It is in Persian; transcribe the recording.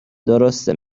درسته